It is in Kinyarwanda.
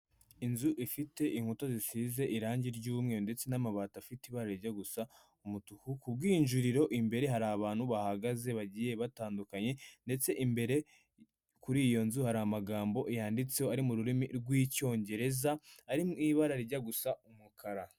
Inzu ifite inkuta zisize irangi ry'umweru ndetse n'amabati afite ibara rijya gusa umutuku, kubwinjiriro imbere hari abantu bahahagaze bagiye batandukanye ndetse imbere kuri iyo nzu hari amagambo yanditseho ari mu rurimi rw'icyongereza, ari mu ibara rijya gusa umukara.